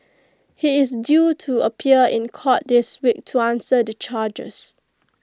he is due to appear in court this week to answer the charges